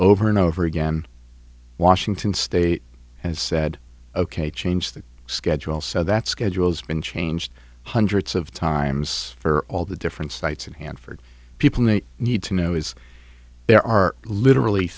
over and over again washington state has said ok change the schedule so that schedules been changed hundreds of times for all the different sites and hanford people need to know is there are literally